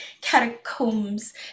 catacombs